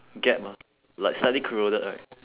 gap ah like slightly corroded right